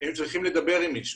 הם צריכים לדבר עם מישהו.